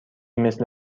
مثل